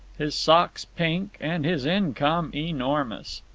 his socks pink, and his income enormous.